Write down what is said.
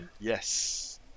Yes